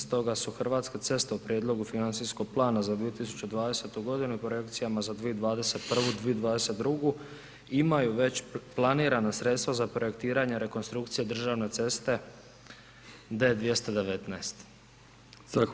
Stoga su Hrvatske ceste u Prijedlogu financijskog plana za 2020. godinu i Projekcijama za 2021./2022. imaju već planirana sredstva za projektiranje i rekonstrukciju državne ceste D219.